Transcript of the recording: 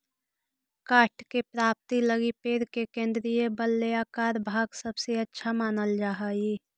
काष्ठ के प्राप्ति लगी पेड़ के केन्द्रीय वलयाकार भाग सबसे अच्छा मानल जा हई